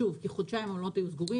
כי במשך חודשיים המלונות היו סגורים